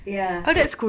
ya